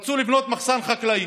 ורצו לבנות מחסן חקלאי.